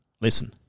Listen